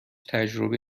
تجربه